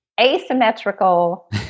asymmetrical